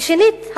ושנית,